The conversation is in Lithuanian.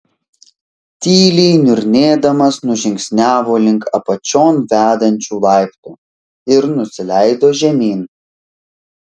tyliai niurnėdamas nužingsniavo link apačion vedančių laiptų ir nusileido žemyn